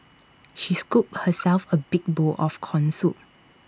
she scooped herself A big bowl of Corn Soup